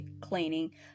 cleaning